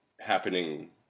happening